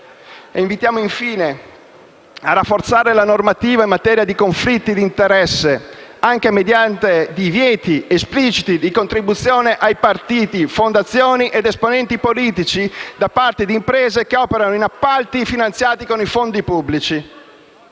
Invitiamo, infine, il Governo a rafforzare la normativa in materia di conflitti di interesse, anche mediante divieti espliciti di contribuzione ai partiti, fondazioni ed esponenti politici da parte di imprese che operano in appalti finanziati con i fondi pubblici,